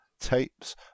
tapes